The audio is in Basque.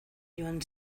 joan